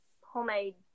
homemade